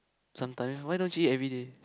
sometimes why don't you eat everyday